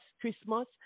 Christmas